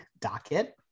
docket